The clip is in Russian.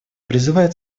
призывает